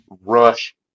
rush